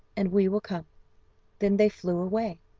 and we will come then they flew away.